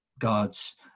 God's